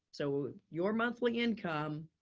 so your monthly income,